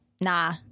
nah